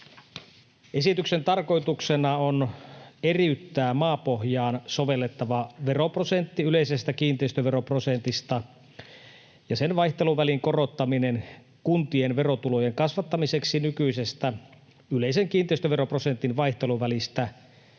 Esityksen tarkoituksena on eriyttää maapohjaan sovellettava veroprosentti yleisestä kiinteistöveroprosentista ja sen vaihteluvälin korottaminen kuntien verotulojen kasvattamiseksi nykyisestä yleisen kiinteistöveroprosentin vaihteluvälistä,